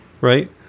Right